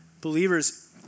believers